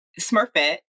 Smurfette